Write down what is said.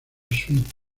sweet